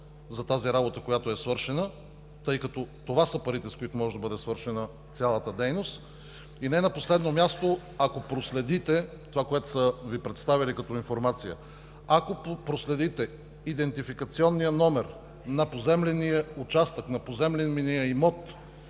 за тази работа, която е свършена, тъй като това са парите, с които може да бъде свършена цялата дейност. Не на последно място, ако проследите това, което са Ви представили като информация, ако проследите идентификационния номер на поземления участък, на поземления имот,